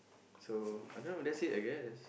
so I don't know that's it I guess